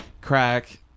crack